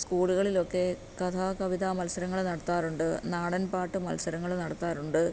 സ്കൂളുകളിലൊക്കെ കഥ കവിത മത്സരങ്ങൾ നടത്താറുണ്ട് നാടൻപാട്ട് മത്സരങ്ങൾ നടത്താറുണ്ട്